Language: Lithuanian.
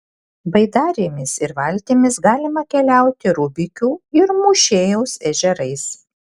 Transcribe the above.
baidarėmis ir valtimis galima keliauti rubikių ir mūšėjaus ežerais